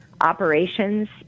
operations